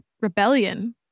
rebellion